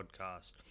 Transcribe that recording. Podcast